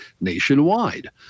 nationwide